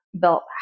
built